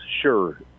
sure